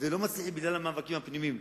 חבר הכנסת מסכים לוועדת הפנים.